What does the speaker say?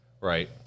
right